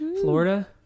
Florida